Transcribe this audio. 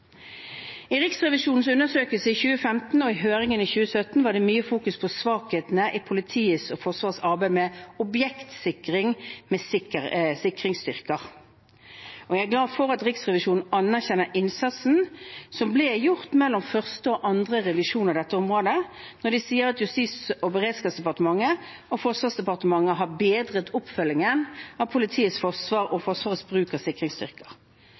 I Riksrevisjonens undersøkelse i 2015 og i høringen i 2017 var det mye fokus på svakhetene i politiets og Forsvarets arbeid med objektsikring med sikringsstyrker. Jeg er glad for at Riksrevisjonen anerkjenner innsatsen som ble gjort mellom første og andre revisjon av dette området, når de sier at «Justis- og beredskapsdepartementet og Forsvarsdepartementet har bedret oppfølgingen av politiets og Forsvarets bruk av sikringsstyrker».